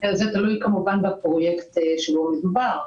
זה תלוי כמובן בפרויקט שבו מדובר.